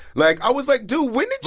like, i was like, dude, when did